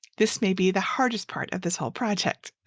this may be the hardest part of this whole project.